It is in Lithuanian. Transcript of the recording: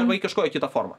arba į kažkokią kitą formą